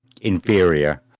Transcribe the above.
inferior